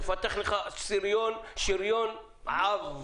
תפתח לך שריון עב.